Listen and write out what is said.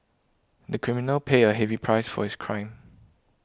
the criminal paid a heavy price for his crime